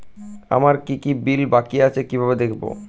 আমার কি কি বিল বাকী আছে কিভাবে দেখবো?